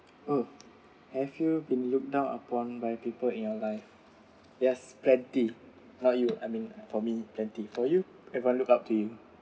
oh have you been looked down upon by people in your life yes plenty not you I mean for me plenty for you if I looked up to him